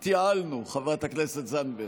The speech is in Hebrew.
התייעלנו, חברת הכנסת זנדברג,